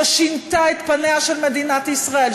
ששינתה את פניה של מדינת ישראל,